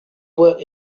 work